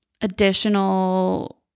additional